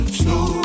slow